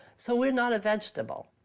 so we're not a vegetable.